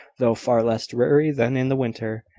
though far less dreary than in the winter,